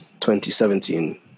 2017